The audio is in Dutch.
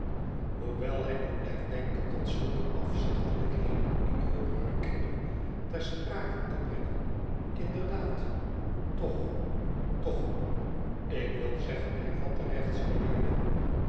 hoewel hij nog blijft denken dat zulke afzichtelijkheden in hoogere kringen ter sprake te brengen inderdaad toch toch ik wilde zeggen hervat de